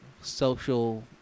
social